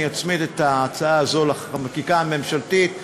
אני אצמיד את ההצעה הזו לחקיקה הממשלתית.